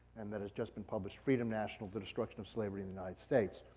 and that has just been published, freedom national the destruction of slavery in the united states.